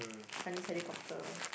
Chinese helicopter